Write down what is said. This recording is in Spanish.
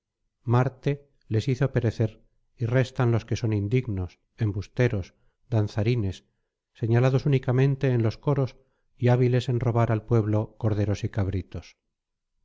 marte les hizo perecer y restan los que son indignos embusteros danzarines señalados únicamente en los coros y hábiles en robar al pueblo corderos y cabritos